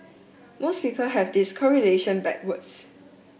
most people have this correlation backwards